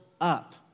up